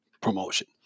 promotion